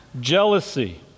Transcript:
Jealousy